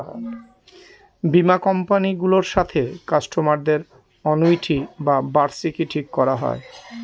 বীমা কোম্পানি গুলোর সাথে কাস্টমারদের অনুইটি বা বার্ষিকী ঠিক করা হয়